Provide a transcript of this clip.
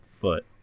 foot